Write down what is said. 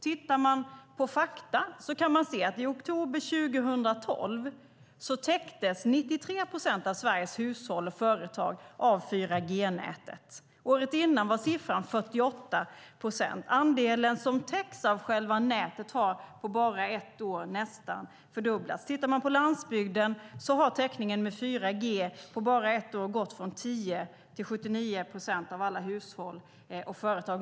Tittar man på fakta kan man se att 93 procent av Sveriges hushåll och företag täcktes av 4G-nätet i oktober 2012. Året innan var siffran 48 procent. Andelen som täcks av själva nätet har alltså på bara ett år nästan fördubblats. Tittar man på landsbygden ser man att 4G-täckningen på bara ett år har gått från 10 till 79 procent av alla hushåll och företag.